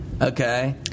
Okay